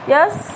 Yes